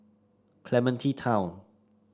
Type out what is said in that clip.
Clementi Town